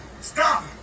Stop